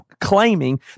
claiming